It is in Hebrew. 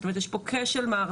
זאת אומרת, יש פה כשל מערכתי: